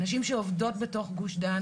נשים שעובדות בתוך גוש דן.